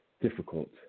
difficult